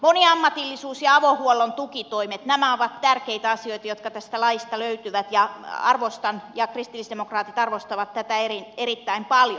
moniammatillisuus ja avohuollon tukitoimet ovat tärkeitä asioita jotka tästä laista löytyvät ja arvostan ja kristillisdemokraatit arvostavat tätä erittäin paljon